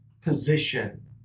position